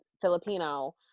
Filipino